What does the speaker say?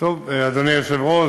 אדוני היושב-ראש,